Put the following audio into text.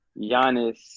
Giannis